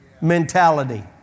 mentality